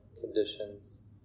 conditions